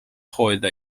hoida